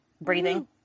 Breathing